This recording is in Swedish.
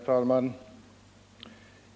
Herr talman!